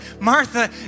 Martha